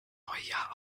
neujahr